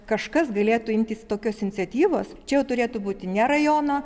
kažkas galėtų imtis tokios iniciatyvos čia jau turėtų būti ne rajono